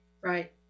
Right